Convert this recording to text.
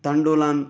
तण्डुलान्